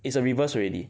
it's a reverse already